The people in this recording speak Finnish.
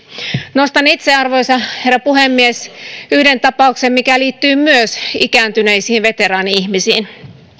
nostan itse arvoisa herra puhemies yhden tapauksen mikä liittyy myös ikääntyneisiin veteraani ihmisiin